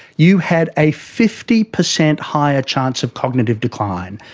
you had a fifty percent higher chance of cognitive decline.